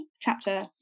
chapter